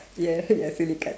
ya silly card